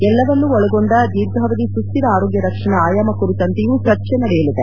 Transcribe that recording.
ಎಲ್ಲವನ್ನೂ ಒಳಗೊಂಡ ದೀರ್ಘಾವಧಿ ಸುಸ್ತಿರ ಆರೋಗ್ಯ ರಕ್ಷಣಾ ಆಯಾಮ ಕುರಿತಂತೆ ಚರ್ಚೆ ನಡೆಯಲಿದೆ